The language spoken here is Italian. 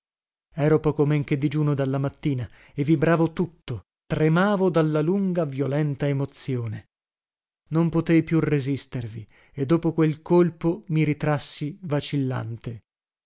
ero poco men che digiuno dalla mattina e vibravo tutto tremavo dalla lunga violenta emozione non potei più resistervi e dopo quel colpo mi ritrassi vacillante